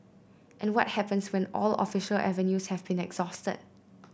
and what happens when all official avenues have been exhausted